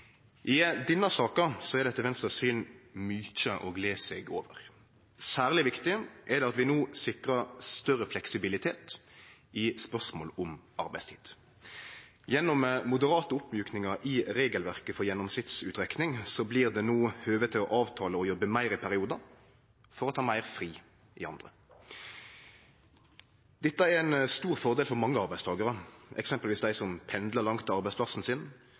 I denne saka er det etter Venstres syn mykje å gle seg over. Særleg viktig er det at vi no sikrar større fleksibilitet i spørsmål om arbeidstid. Gjennom moderate oppmjukingar i regelverket for gjennomsnittsberekning blir det no høve til å avtale å jobbe meir i periodar for å ta meir fri i andre. Dette er ein stor fordel for mange arbeidstakarar, eksempelvis for dei som pendlar langt til arbeidsplassen sin